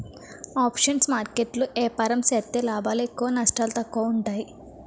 options market లో ఏపారం సేత్తే లాభాలు ఎక్కువ నష్టాలు తక్కువ ఉంటాయి